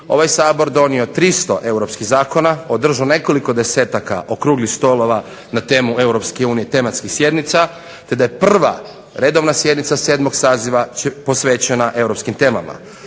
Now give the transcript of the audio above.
ovaj Sabor donio 300 europskih zakona, održao nekoliko desetaka okruglih stolova na temu Europske unije i tematskih sjednica te da je prva redovna sjednica 7. saziva posvećena europskim temama.